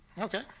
Okay